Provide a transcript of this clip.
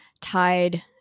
tied